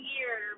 Year